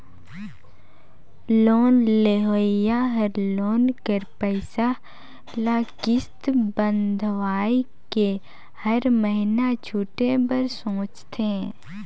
loan लेहोइया हर loan कर पइसा ल किस्त बंधवाए के हर महिना छुटे बर सोंचथे